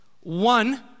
one